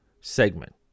segment